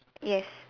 yes